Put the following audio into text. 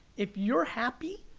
if you're happy,